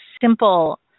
simple